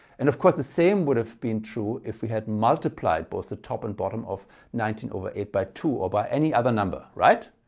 and of course the same would have been true if we had multiplied both the top and bottom of nineteen over eight by two or by any other number right?